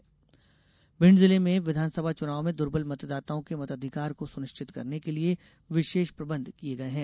दुर्बल मतदाता भिंड जिले में विधानसभा चुनाव में दुर्बल मतदाताओं के मताधिकार को सुनिश्चित करने के लिए विशेष प्रबंध किये गये हैं